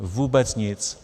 Vůbec nic.